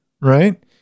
right